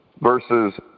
versus